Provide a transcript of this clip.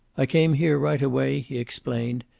i came here right away, he explained,